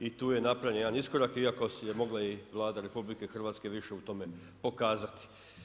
I tu je napravljen jedan iskorak iako je mogla Vlada RH više u tome pokazati.